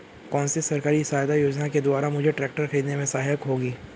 कौनसी सरकारी सहायता योजना के द्वारा मुझे ट्रैक्टर खरीदने में सहायक होगी?